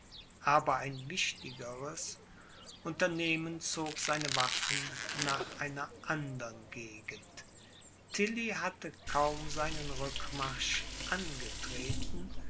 aber ein wichtigeres unternehmen zog seine waffen nach einer andern gegend tilly hatte kaum seinen rückmarsch angetreten